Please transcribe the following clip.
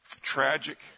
tragic